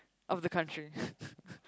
of the country